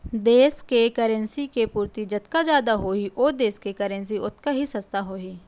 देस के करेंसी के पूरति जतका जादा होही ओ देस के करेंसी ओतका ही सस्ता होही